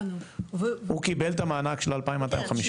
הוא קיבל את המענק של ה-2250?